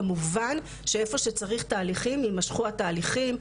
כמובן שאיפה שצריך תהליכים ימשכו התהליכים.